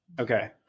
okay